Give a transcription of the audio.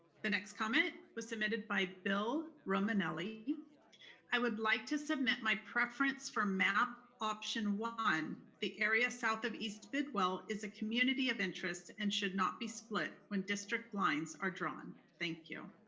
the next comment was submitted by bill romanelli i would like to submit my preference for map option one. the area south of east bidwell is a community of interest and should not be split when district lines are drawn, thank you.